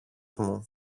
μου